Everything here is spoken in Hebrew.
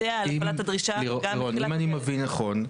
אם אני מבין נכון,